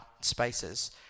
spaces